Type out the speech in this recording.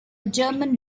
german